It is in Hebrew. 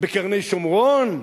בקרני-שומרון?